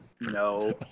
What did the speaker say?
no